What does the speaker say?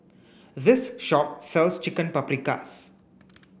this shop sells Chicken Paprikas